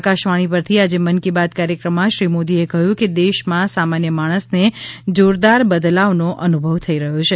આકાશવાણી પરથી આજે મન કી બાત કાર્યક્રમમાં શ્રી મોદીએ કહ્યું કે દેશમાં સામાન્ય માણસને જોરદાર બદલાવનો અનુભવ થઇ રહ્યો છે